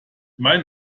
mein